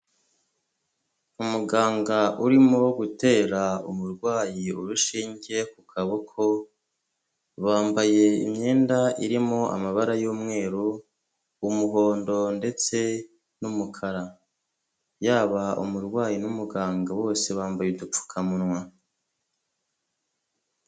Umuganga urimo gutera umurwayi urushinge ku kaboko, bambaye imyenda irimo amabara y'umweru, umuhondo ndetse n'umukara. Yaba umurwayi n'umuganga bose bambaye udupfukamunwa.